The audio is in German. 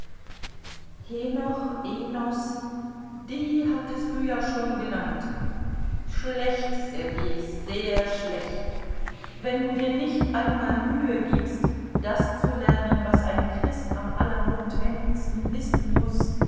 henoch enos die hattest du ja schon genannt schlecht sergei sehr schlecht wenn du dir nicht einmal mühe gibst das zu lernen was ein christ am allernotwendigsten wissen muß